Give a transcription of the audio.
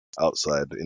outside